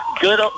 Good